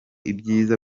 ibyiza